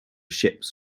ships